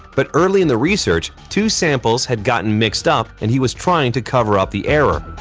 but early in the research two samples had gotten mixed up and he was trying to cover up the error.